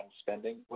spending